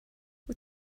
wyt